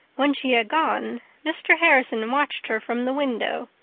when she had gone mr. harrison watched her from the window.